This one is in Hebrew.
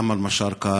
מוחמד משארקה